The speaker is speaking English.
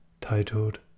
titled